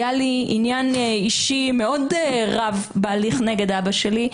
היה לי עניין אישי מאוד רב בהליך נגד אבא שלי,